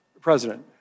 president